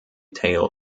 tale